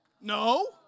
no